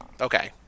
okay